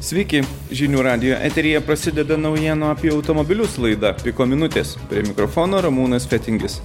sveiki žinių radijo eteryje prasideda naujienų apie automobilius laida piko minutės prie mikrofono ramūnas fetingis